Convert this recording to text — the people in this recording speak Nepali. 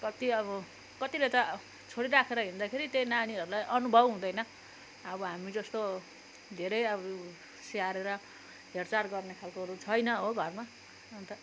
कति अब कतिले त छोडीराखेर हिड्दाखेरि त्यही नानिहरूलाई अनुभव हुँदैन अब हामी जस्तो धेरै अब स्याहारेर हेरचाह गर्ने खालकोहरू छैन हो घरमा अन्त